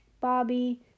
Bobby